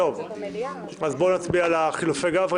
אז בוא נצביע על חילופי גברי,